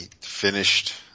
finished